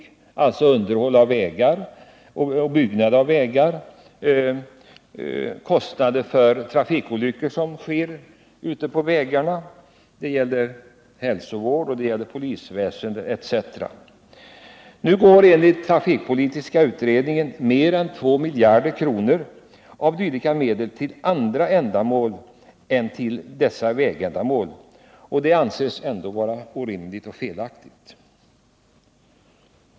Det gäller alltså underhåll av vägar, byggande av vägar, utlägg för trafikolyckor ute på vägarna, hälsovård, polisväsende m.m. Nu går enligt den trafikpolitiska utredningen mer än 2 miljarder kronor av dylika medel till andra ändamål, vilket måste anses vara felaktigt.